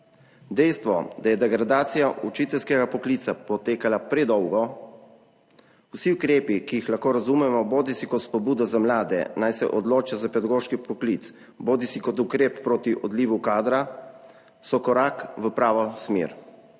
Dejstvo, da je degradacija učiteljskega poklica potekala predolgo, vsi ukrepi, ki jih lahko razumemo bodisi kot spodbudo za mlade, naj se odloča za pedagoški poklic, bodisi kot ukrep proti odlivu kadra, so korak v pravo smer.